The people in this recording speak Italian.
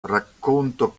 racconto